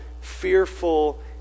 fearful